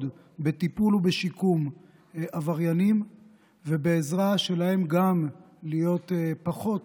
בטיפול ובשיקום עבריינים ובעזרה להם גם להיות פחות